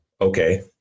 Okay